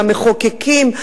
המחוקקים,